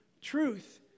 truth